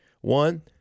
one